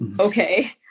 okay